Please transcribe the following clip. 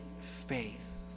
faith